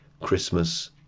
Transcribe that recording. christmas